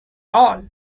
all